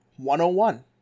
101